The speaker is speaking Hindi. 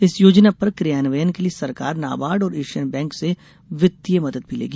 इस योजना पर क्रियान्वयन के लिए सरकार नाबार्ड और एशियन बैंक से वित्तीय मदद भी लेगी